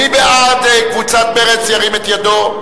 מי בעד קבוצת מרצ, ירים את ידו.